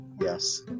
Yes